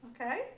okay